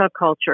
subculture